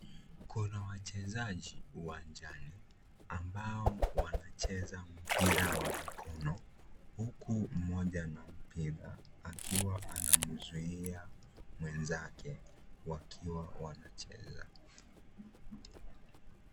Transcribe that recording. Kuna wachezaji uwanjani ambao wanacheza mpira wa mkono. Huko mmoja na mpira akiwa anamzuia mwenzake wakiwa wanacheza.